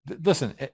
Listen